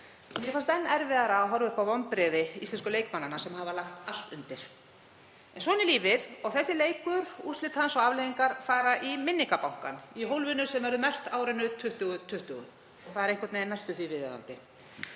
Mér fannst enn erfiðara að horfa upp á vonbrigði íslensku leikmannanna sem hafa lagt allt undir. En svona er lífið. Þessi leikur, úrslit hans og afleiðingar fara í minningabankann, í hólfið sem verður merkt árinu 2020. Og það er einhvern veginn næstum því viðeigandi.